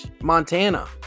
Montana